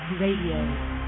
Radio